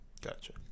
Gotcha